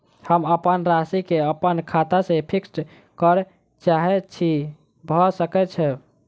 हम अप्पन राशि केँ अप्पन खाता सँ फिक्स करऽ चाहै छी भऽ सकै छै?